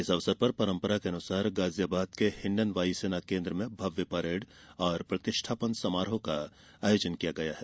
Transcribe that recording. इस अवसर पर परंपरा के अनुरूप गाजियाबाद के हिंडन वायुसेना केन्द्र में भव्य परेड और प्रतिष्ठापन समारोह का आयोजन किया गया है